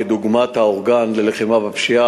כדוגמת האורגן ללחימה בפשיעה,